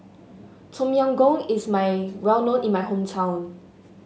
Tom Yam Goong is my well known in my hometown